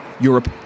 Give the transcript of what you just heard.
Europe